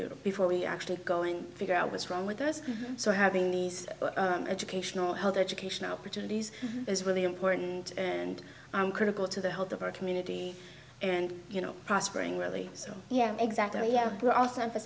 you before we actually go and figure out what's wrong with us so having these educational health education opportunities is really important and critical to the health of our community and you know prospering really so yeah exactly yeah we're al